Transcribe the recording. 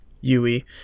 Yui